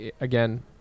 again